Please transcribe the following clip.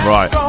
Right